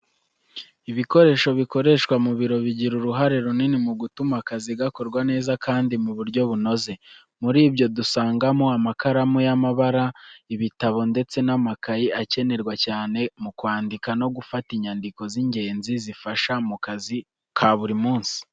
Ibikoresho bikoreshwa mu biro bigira uruhare runini mu gutuma akazi gakorwa neza kandi mu buryo bunoze. Muri byo dusangamo amakaramu y'amabara, ibitabo ndetse n'amakayi akenerwa cyane mu kwandika no gufata inyandiko z'ingenzi zifasha mu kazi ka buri munsi.